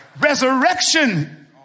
Resurrection